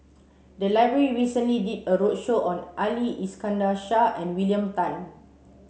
the library recently did a roadshow on Ali Iskandar Shah and William Tan